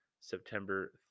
september